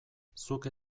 zuk